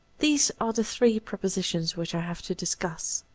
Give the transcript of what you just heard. these are the three propositions which i have to discuss.